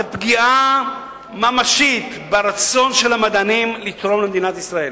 זאת פגיעה ממשית ברצון של המדענים לתרום למדינת ישראל.